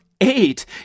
eight